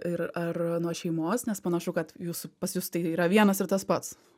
ir ar nuo šeimos nes panašu kad jūsų pas jus tai yra vienas ir tas pats